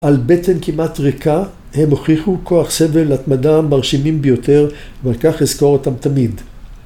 על בטן כמעט ריקה, הם הוכיחו כוח סבל, התמדה, מרשימים ביותר, ועל כך אזכור אותם תמיד.